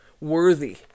worthy